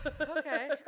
Okay